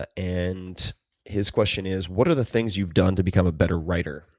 ah and his question is what are the things you've done to become a better writer?